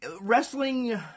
Wrestling